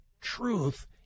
truth